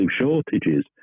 shortages